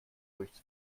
durchs